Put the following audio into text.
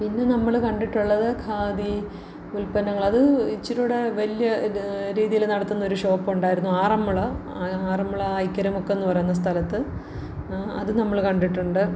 പിന്നെ നമ്മൾ കണ്ടിട്ടുള്ളത് ഖാദി ഉത്പന്നങ്ങൾ അത് ഇച്ചിരി കൂടി വലിയ രീതിയിൽ നടത്തുന്നൊരു ഷോപ്പുണ്ടായിരുന്നു ആറമ്മുള ആറമ്മുള അയിക്കരമുക്കെന്നു പറയുന്ന സ്ഥലത്ത് അതു നമ്മൾ കണ്ടിട്ടുണ്ട്